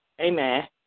Amen